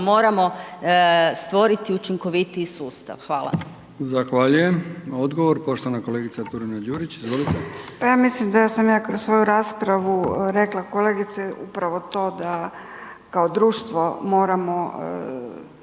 moramo stvoriti učinkovitiji sustav. Hvala.